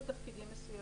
יש לו תפקידים מסוימים.